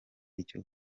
icyo